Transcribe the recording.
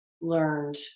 learned